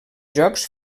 jocs